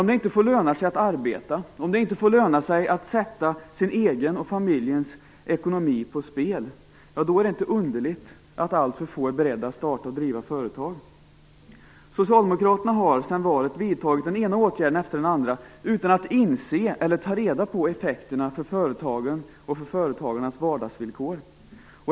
Om det inte får löna sig att arbeta - om det inte får löna sig att sätta sin egen och familjens ekonomi på spel - är det inte underligt att alltför få är beredda att starta och driva företag. Socialdemokraterna har sedan valet vidtagit den ena åtgärden efter den andra utan att inse eller ta reda på vilka effekterna blir för företagen och för företagarnas vardagsvillkor.